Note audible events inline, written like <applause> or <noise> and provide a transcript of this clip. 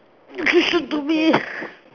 <noise> so the best